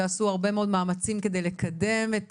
ועשו הרבה מאוד מאמצים כדי לקדם את